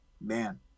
man